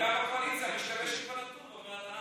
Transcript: גם הקואליציה משתמשת בנתון ואומרת: